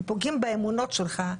הם פוגעים באמונות שלך,